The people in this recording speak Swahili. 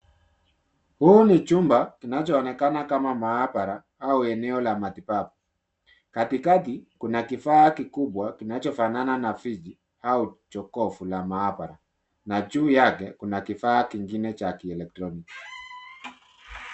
Huu ni jumba kinachoonekana kama maabara au eneo la matibabu. Katikati Kuna kifaa kikubwa kinachofanana na friji au jokofu la maabara na juu yake Kuna kifaa kingine cha kielektroniki.